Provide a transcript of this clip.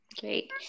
Great